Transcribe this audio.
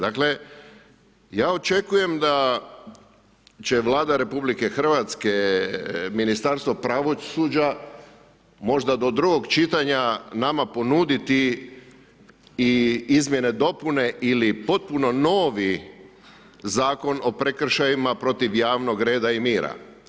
Dakle, ja očekujem da će Vlada RH, Ministarstvo pravosuđa možda do drugog čitanja nama ponuditi i izmjene dopune ili potpuno novi Zakon o prekršajima protiv javnog reda i mira.